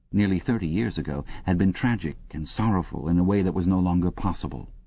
nearly thirty years ago, had been tragic and sorrowful in a way that was no longer possible.